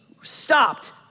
stopped